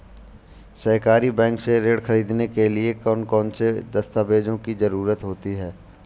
सहकारी बैंक से ऋण ख़रीदने के लिए कौन कौन से दस्तावेजों की ज़रुरत होती है?